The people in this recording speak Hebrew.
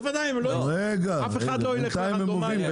בוודאי, אף אחד לא ילך לרנדומלי.